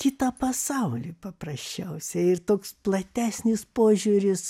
kitą pasaulį paprasčiausiai ir toks platesnis požiūris